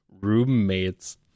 roommates